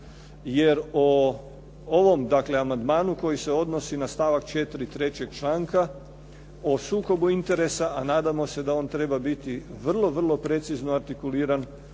jer o ovom dakle, amandmanu koji se odnosi na stavak 4. trećeg članka o sukobu interesa a nadamo se da on treba biti vrlo, vrlo precizno artikuliran,